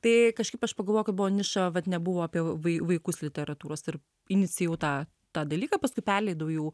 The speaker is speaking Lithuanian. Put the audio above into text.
tai kažkaip aš pagalvojau kad buvo niša vat nebuvo apie vai vaikus literatūros ir inicijuovau tą tą dalyką paskui perleidau jau